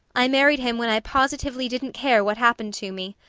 i married him when i positively didn't care what happened to me.